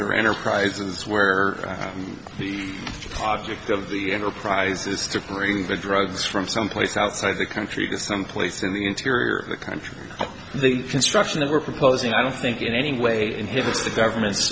or enterprises where the object of the enterprise is to bring the drugs from someplace outside the country to someplace in the interior of the country the construction that we're proposing i don't think in any way inhibits the government's